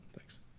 thanks.